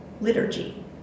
liturgy